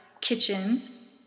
kitchens